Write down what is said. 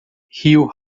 rio